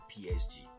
PSG